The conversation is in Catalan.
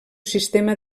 sistema